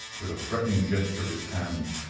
with a threatening gesture of his hand,